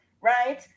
right